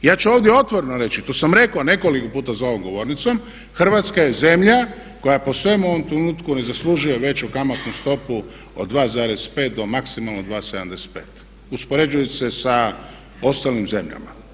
Ja ću ovdje otvoreno reći, to sam rekao nekoliko puta za ovom govornicom, Hrvatska je zemlja koja po svemu u ovom trenutku ne zaslužuje veću kamatnu stopu od 2,5 do maksimalno 2,75 uspoređujući se sa ostalim zemljama.